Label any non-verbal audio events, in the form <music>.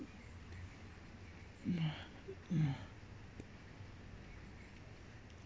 <breath> <breath>